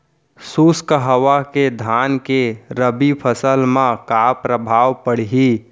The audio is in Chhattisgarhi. शुष्क हवा के धान के रबि फसल मा का प्रभाव पड़ही?